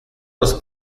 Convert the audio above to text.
nos